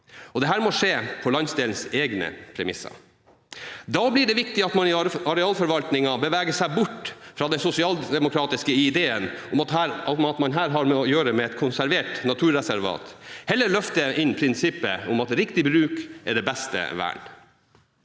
Dette må skje på landsdelens egne premisser. Da blir det viktig at man i arealforvaltningen beveger seg bort fra den sosialdemokratiske ideen om at man her har å gjøre med et konservert naturreservat, og heller løfter prinsippet om at riktig bruk er det beste vern.